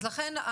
לכן,